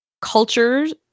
cultures